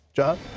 john